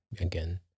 again